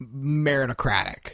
meritocratic